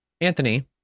Anthony